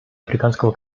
африканского